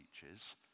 teaches